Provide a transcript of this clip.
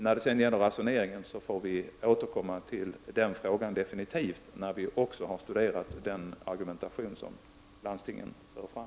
När det gäller ransonering får vi återkomma till frågan efter att ha studerat de argument som landstingen för fram.